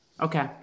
Okay